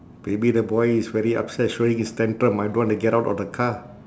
maybe the boy is very upset showing his tantrum I don't want to get out of the car